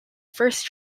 first